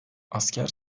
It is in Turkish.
asker